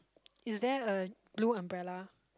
is there a blue umbrella